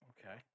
Okay